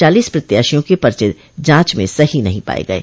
चालीस प्रत्याशियों के पर्चे जांच में सही नहीं पाये गये